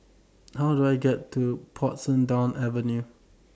How Do I get to Portsdown Avenue